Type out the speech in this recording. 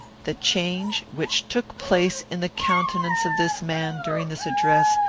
the change which took place in the countenance of this man, during this address,